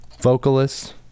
vocalist